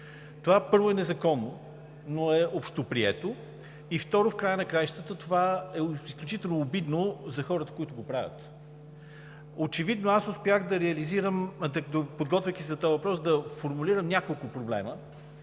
Това, първо, е незаконно, но е общоприето. И, второ, в края на краищата това е изключително обидно за хората, които го правят. Очевидно аз успях, подготвяйки се за този въпрос, да формулирам няколко проблема,